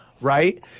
right